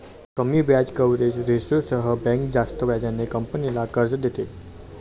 कमी व्याज कव्हरेज रेशोसह बँक जास्त व्याजाने कंपनीला कर्ज देते